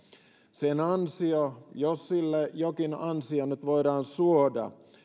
sen ansio jos sille jokin ansio nyt voidaan suoda